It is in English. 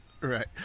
Right